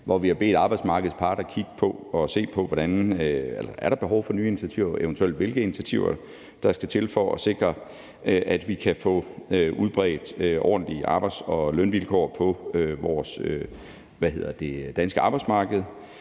hvor vi har bedt arbejdsmarkedets parter se på, om der er behov for nye initiativer, og eventuelt hvilke initiativer der skal til for at sikre, at vi kan få udbredt ordentlige arbejds- og lønvilkår på vores danske arbejdsmarked.